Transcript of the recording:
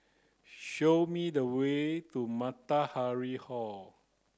show me the way to Matahari Hall